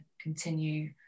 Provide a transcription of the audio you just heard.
continue